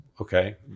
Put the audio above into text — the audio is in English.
okay